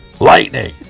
Lightning